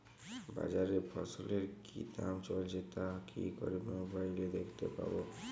বাজারে ফসলের কি দাম চলছে তা কি করে মোবাইলে দেখতে পাবো?